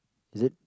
is it